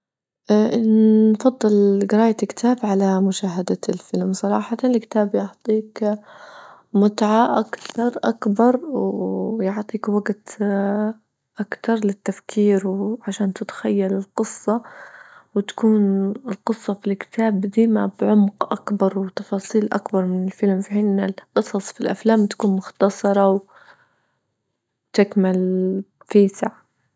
اه نفضل جراية الكتاب على مشاهدة الفيلم صراحة، الكتاب يعطيك متعة أكثر أكبر ويعطيك وجت اه أكتر للتفكير وعشان تتخيل القصة، وتكون القصة في الكتاب ديما بعمق أكبر وتفاصيل أكبر من الفيلم في حين أن القصص في الأفلام تكون مختصرة وتكمل فيسع.